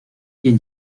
quien